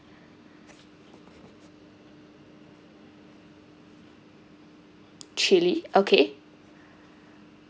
chilli okay